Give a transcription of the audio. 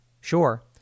Sure